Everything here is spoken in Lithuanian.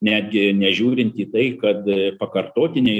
netgi nežiūrint į tai kad pakartotiniai